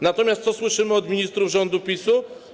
Natomiast co słyszymy od ministrów rządu PiS-u?